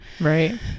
right